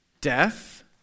death